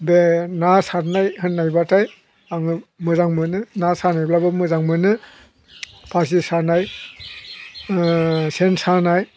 बे ना सारनाय होननायब्लाथाय आङो मोजां मोनो ना सानायब्लाबो मोजां मोनो फासि सानाय सेन सानाय